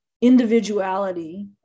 individuality